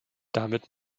damit